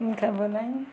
मतलब होलनि